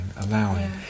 allowing